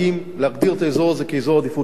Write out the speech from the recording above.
להגדיר את האזור הזה כאזור עדיפות לאומית,